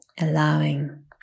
allowing